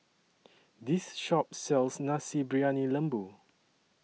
This Shop sells Nasi Briyani Lembu